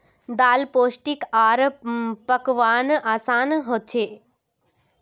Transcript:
दाल पोष्टिक आर पकव्वार असान हछेक